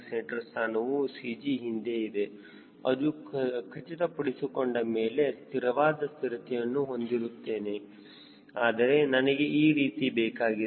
c ಸ್ಥಾನವು CG ಹಿಂದೆ ಇದೆ ಎಂದು ಖಚಿತಪಡಿಸಿಕೊಂಡ ಮೇಲೆ ಸ್ಥಿರವಾದ ಸ್ಥಿರತೆಯನ್ನು ಹೊಂದಿರುತ್ತೇನೆ ಆದರೆ ನನಗೆ ಈ ರೀತಿ ಬೇಕಾಗಿದೆ